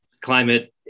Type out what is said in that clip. climate